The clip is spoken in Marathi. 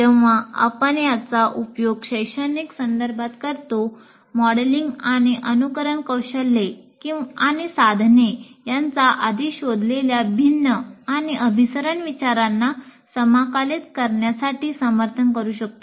जेव्हा आपण याचा उपयोग शैक्षणिक संदर्भात करतो मॉडेलिंग आणि अनुकरण कौशल्ये आणि साधने यांचा आधी शोधलेल्या भिन्न आणि अभिसरण विचारांना समाकलित करण्यासाठी समर्थन करू शकतो